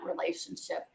relationship